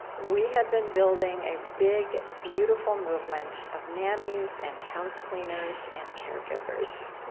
we have been building a big, beautiful movement of nannies and housecleaners and caregivers.